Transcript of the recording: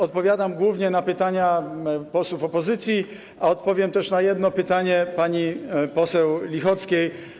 Odpowiadam głównie na pytania posłów opozycji, a odpowiem też na jedno pytanie pani poseł Lichockiej.